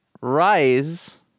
Rise